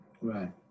Right